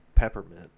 Peppermint